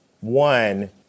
One